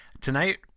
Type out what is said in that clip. Tonight